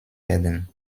werden